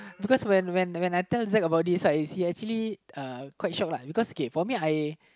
because when when when I tell Zack about this right he actually ah quite shock lah because K for me I